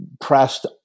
pressed